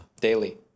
Daily